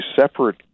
separate